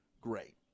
Great